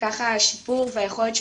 ככה השיפור והיכולת,